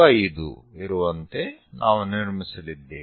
5 ಇರುವಂತೆ ನಾವು ನಿರ್ಮಿಸಲಿದ್ದೇವೆ